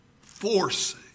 force